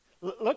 Look